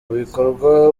bikorwa